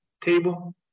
table